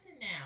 now